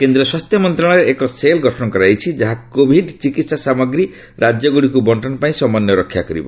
କେନ୍ଦ୍ର ସ୍ୱାସ୍ଥ୍ୟ ମନ୍ତ୍ରଣାଳୟରେ ଏକ ସେଲ୍ ଗଠନ କରାଯାଇଛି ଯାହା କୋଭିଡ୍ ଚିକିତ୍ସା ସାମଗ୍ରୀ ରାଜ୍ୟଗୁଡ଼ିକୁ ବର୍ଷନ ପାଇଁ ସମନ୍ୱୟ ରକ୍ଷା କରିବ